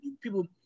people